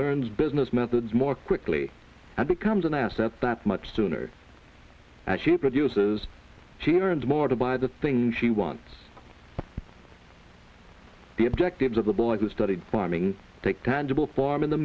learns business methods more quickly and becomes an asset that much sooner as she produces she earns more to buy the things she wants the objectives of the boy who studied farming take tangible form in the